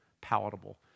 palatable